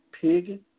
pig